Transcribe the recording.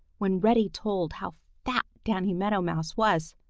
when reddy told how fat danny meadow mouse was,